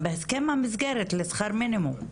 הסכם המסגרת לשכר מינימום.